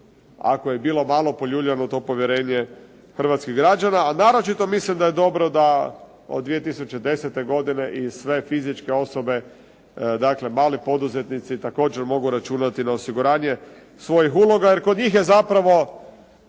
ako je bilo malo poljuljano to povjerenje hrvatskih građana, a naročito mislim da je dobro da od 2010. godine i sve fizičke osobe, dakle mali poduzetnici također mogu računati na osiguranje svojih uloga jer kod njih je zapravo